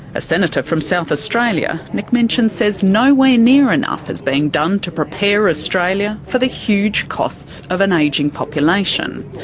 a senator from south australia, nick minchin says nowhere near enough is being done to prepare australia for the huge costs of an aging population.